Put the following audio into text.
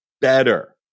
better